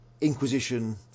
inquisition